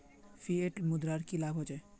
Fiat मुद्रार की लाभ होचे?